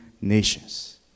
nations